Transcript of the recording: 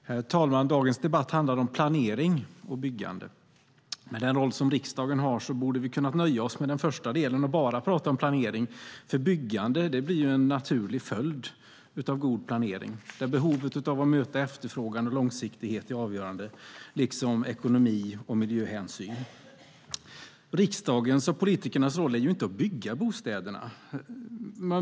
Herr talman! Dagens debatt handlar om planering och byggande. Med den roll som riksdagen har borde vi ha kunnat nöja oss med den första delen och bara tala om planering, för byggandet blir ju en naturlig följd av god planering där behovet att möta efterfrågan och långsiktighet är avgörande, liksom ekonomi och miljöhänsyn. Riksdagens och politikernas roll är inte att bygga bostäderna.